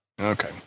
Okay